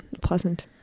pleasant